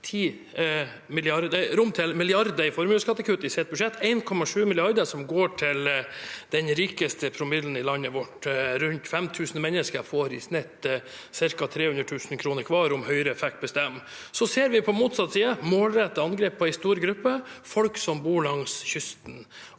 for milliarder i formuesskattekutt i sitt budsjett, 1,7 mrd. kr, som går til den rikeste promillen i landet vårt. Rundt 5 000 mennesker får i snitt ca. 300 000 kr hver om Høyre får bestemme. Så ser vi på motsatt side et målrettet angrep på en stor gruppe – folk som bor langs kysten